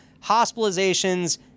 hospitalizations